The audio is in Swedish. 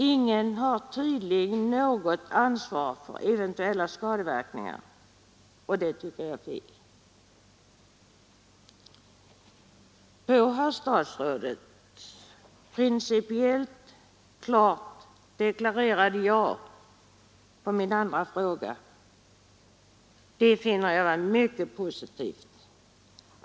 Ingen har tydligen något ansvar för eventuella skadeverkningar, och det tycker jag är fel. Herr statsrådets principiellt, klart deklarerade ja på min andra fråga finner jag vara mycket positivt.